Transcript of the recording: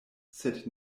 sed